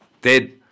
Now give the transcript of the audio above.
dead